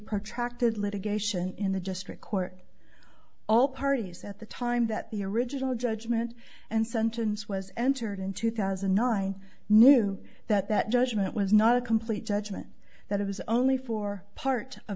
protracted litigation in the district court all parties at the time that the original judgment and sentence was entered in two thousand and nine knew that that judgment was not a complete judgment that it was only for part